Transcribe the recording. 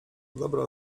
dobra